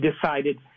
decided